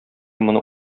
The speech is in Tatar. моны